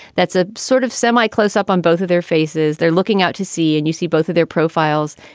that's a sort of semi close up on both of their faces. they're looking out to see and you see both of their profiles.